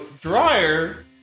dryer